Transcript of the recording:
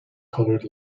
colored